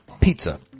pizza